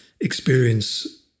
experience